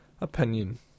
Opinion